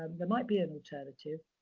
there might be an alternative.